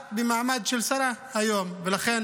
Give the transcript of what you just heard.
את במעמד של שרה היום, ולכן